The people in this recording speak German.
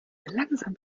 langsam